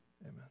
amen